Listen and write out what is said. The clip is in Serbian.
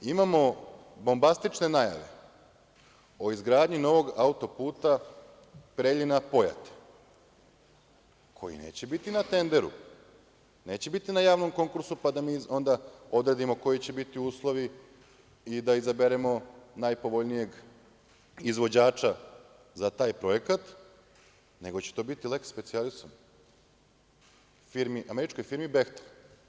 Imamo bombastične najave o izgradnji novog autoputa Preljina-Pojate, koji neće biti na tenderu, neće biti na javnom konkursu, pa da mi onda odredimo koji će biti uslovi i da izaberemo najpovoljnijeg izvođača za taj projekat, nego će to biti leks specijalisom američkoj firmi "Behtel"